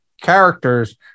characters